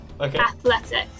athletics